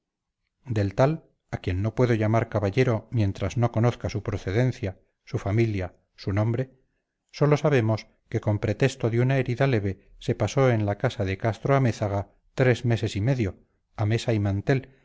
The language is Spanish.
del tal a quien no puedo llamar caballero mientras no conozca su procedencia su familia su nombre sólo sabemos que con pretexto de una herida leve se pasó en la casa de castro-amézaga tres meses y medio a mesa y mantel